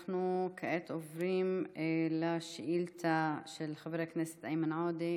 אנחנו כעת עוברים לשאילתה של חבר הכנסת איימן עודה,